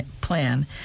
plan